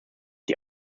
die